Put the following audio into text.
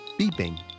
beeping